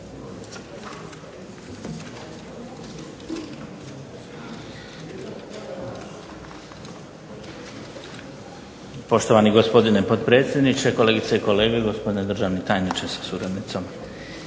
Poštovani gospodine potpredsjedniče, kolegice i kolege, gospodine državni tajniče sa suradnicom.